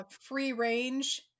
free-range